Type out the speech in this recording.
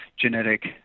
genetic